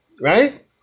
right